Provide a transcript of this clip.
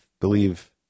believe